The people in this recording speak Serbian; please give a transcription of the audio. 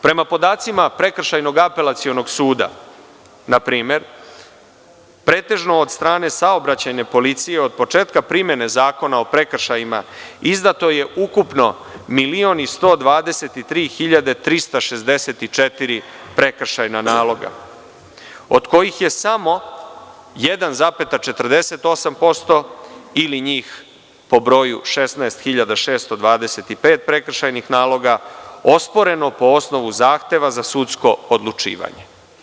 Prema podacima Prekršajnog apelacionog suda, na primer, pretežno od strane Saobraćajne policije, od početka primene Zakona o prekršajima, izdato je ukupno 1.123.364 prekršajna naloga, a od kojih je samo 1,48% ili njih po broju 16.625 prekršajnih naloga osporeno po osnovu zahteva za sudsko odlučivanje.